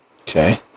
Okay